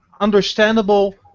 understandable